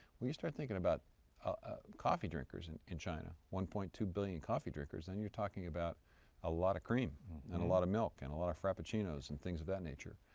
when you start thinking about ah coffee drinkers in in china, one point two billion coffee drinkers and you're talking about a lot of cream and a lot of milk and a lot of frappuccino and things of that nature.